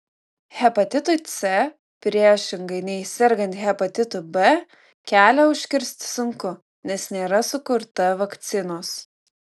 hepatitui c priešingai nei sergant hepatitu b kelią užkirsti sunku nes nėra sukurta vakcinos